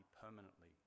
permanently